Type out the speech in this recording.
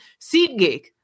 SeatGeek